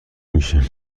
میشه